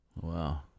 Wow